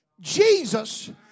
Jesus